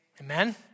Amen